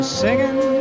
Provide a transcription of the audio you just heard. singing